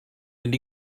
fynd